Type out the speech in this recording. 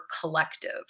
collective